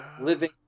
living